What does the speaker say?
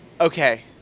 Okay